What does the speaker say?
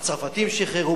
שהצרפתים שחררו.